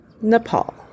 Nepal